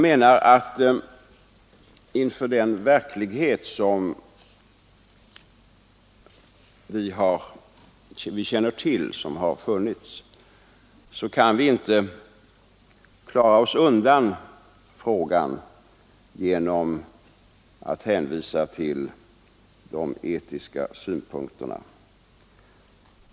Mot bakgrunden av vad vi vet om tidigare förhållanden kan vi inte komma förbi frågan genom att hänvisa till de etiska synpunkterna.